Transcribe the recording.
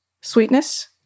sweetness